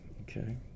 Okay